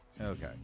Okay